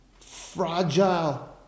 fragile